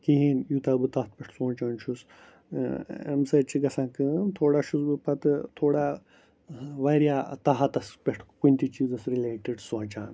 کِہیٖنۍ یوٗتاہ بہٕ تَتھ پٮ۪ٹھ سونٛچان چھُس امہِ سۭتی چھِ گژھان کٲم تھوڑا چھُس بہٕ پَتہٕ تھوڑا واریاہ اطہاتَس پٮ۪ٹھ کُنۍ تہِ چیٖزَس رِلیٹٕڈ سونٛچان